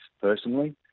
personally